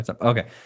Okay